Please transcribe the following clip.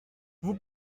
vous